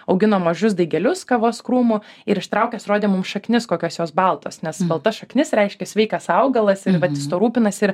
augino mažus daigelius kavos krūmų ir ištraukęs rodė mum šaknis kokios jos baltos nes balta šaknis reiškia sveikas augalas ir vat jis tuo rūpinasi ir